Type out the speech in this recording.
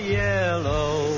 yellow